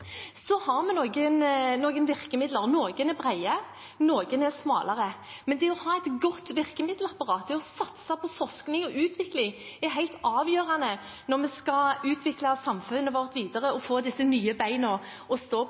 har noen virkemidler – noen er brede, andre er smalere. Men det å ha et godt virkemiddelapparat, det å satse på forskning og utvikling, er helt avgjørende når vi skal utvikle samfunnet vårt videre og få nye ben å stå